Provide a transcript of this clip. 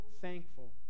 thankful